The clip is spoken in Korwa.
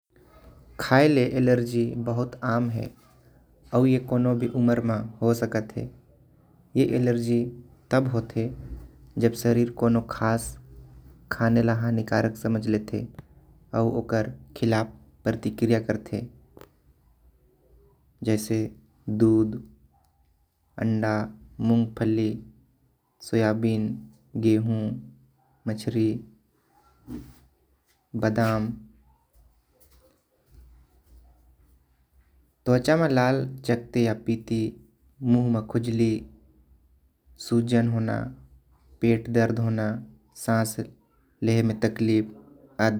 खाए ले अलर्जी बहुत आम हे आऊ ए कोनो भी उमर म हो सकत हे। ए अलर्जी तब होते जब शरीर कोनो खास खाने ल हानि कारक समज लेते। आऊ ओकर खिलाफ प्रतिक्रिया करते। जैसे दूध अंडा मूंगफली सोयाबीन गेहूं मच्छरि बादाम त्वचा म लाल चकती। य पीती मुंह म खुजली सूजन होना पेट दर्द होना सांस लेहे में तकलीफ आदि।